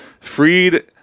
freed